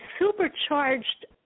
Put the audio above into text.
supercharged